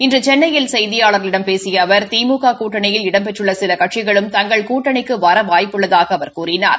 இன்று சென்னையில் செய்தியாள்களிடம் பேசிய அவர் திமுக கூட்டணியில் இடம்பெற்றுள்ள சில கட்சிகளும் தங்கள் கூட்டணிக்கு வர வாய்ப்புள்ளதாக அவர் கூறினார்